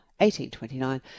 1829